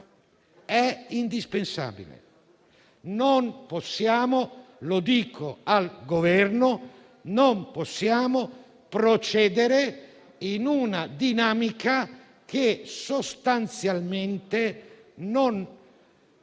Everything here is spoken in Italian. è indispensabile. Non possiamo - lo dico al Governo - procedere in una dinamica che sostanzialmente non